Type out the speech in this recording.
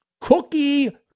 cookie